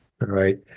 right